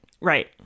Right